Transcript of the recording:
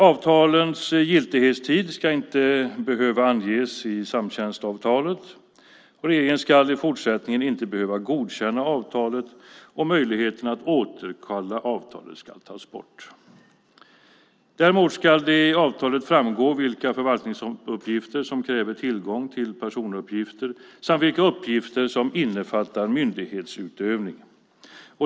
Avtalens giltighetstid ska inte behöva anges i samtjänstavtalet, regeringen ska i fortsättningen inte behöva godkänna avtalet och möjligheten att återkalla avtalet ska tas bort. Däremot ska det i avtalet framgå vilka förvaltningsuppgifter som kräver tillgång till personuppgifter samt vilka uppgifter som innefattar myndighetsutövning.